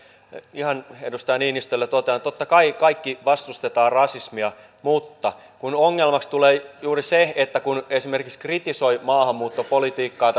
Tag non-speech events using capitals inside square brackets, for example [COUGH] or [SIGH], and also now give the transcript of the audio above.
ihan edustaja niinistölle totean että totta kai kaikki vastustamme rasismia mutta ongelmaksi tulee juuri se että kun esimerkiksi kritisoi maahanmuuttopolitiikkaa [UNINTELLIGIBLE]